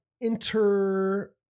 inter